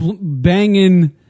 banging